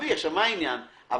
קבועים.